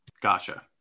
Gotcha